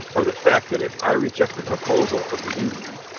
or the fact that if i reject the proposal of the indian,